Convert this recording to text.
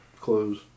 clothes